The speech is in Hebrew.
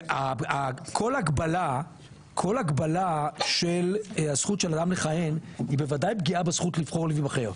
כל הגבלה של הזכות של אדם לכהן היא בוודאי פגיעה בזכות לבחור ולהיבחר,